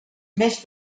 més